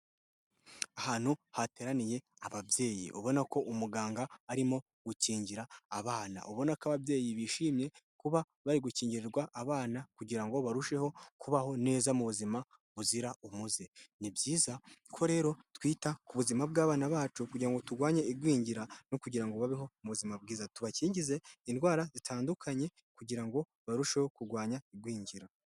Ahantu hateraniye ababyeyi, ubona ko umuganga arimo gukingira abana, ubona ko ababyeyi bishimye kuba bari gukingirwari abana, kugira ngo barusheho kubaho neza mu buzima buzira umuze. Ni byiza ko rero twita ku buzima bw'abana bacu, kugira turwanye igwingira no kugira ngo babeho mu buzima bwiza. Tubakingize indwara zitandukanye, kugira ngo barusheho kurwanya igwingira.